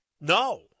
No